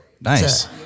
Nice